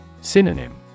Synonym